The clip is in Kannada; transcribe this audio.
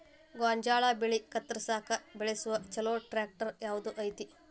ಗೋಂಜಾಳ ಬೆಳೆ ಕತ್ರಸಾಕ್ ಬಳಸುವ ಛಲೋ ಟ್ರ್ಯಾಕ್ಟರ್ ಯಾವ್ದ್ ಐತಿ?